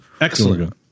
Excellent